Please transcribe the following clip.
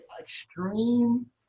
extreme